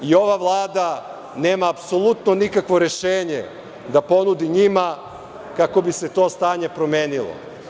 I ova Vlada nema apsolutno nikakvo rešenje da ponudi njima, kako bi se to stanje promenilo.